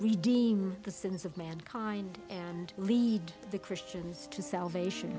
redeem the sins of mankind and lead the christians to salvation